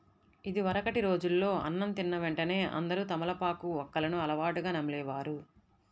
ఇదివరకటి రోజుల్లో అన్నం తిన్న వెంటనే అందరూ తమలపాకు, వక్కలను అలవాటుగా నమిలే వారు